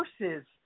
versus